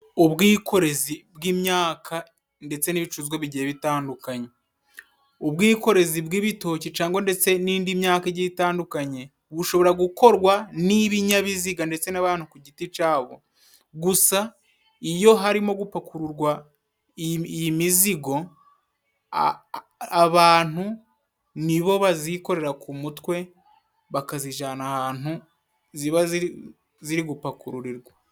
Ubwikorezi bw'imyaka ndetse n'ibicuruzwa bigiye bitandukanye. Ubwikorezi bw'ibitoki cangwa ndetse n'indi myaka igiye itandukanye. Bushobora gukorwa n'ibinyabiziga ndetse n'abantu ku giti cabo, gusa iyo harimo gupakururwa iyi mizigo, abantu nibo bazikorera ku mutwe bakazijana ahantu ziba ziri gupakururirwa.